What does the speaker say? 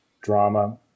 drama